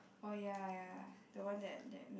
oh ya ya the one that that mean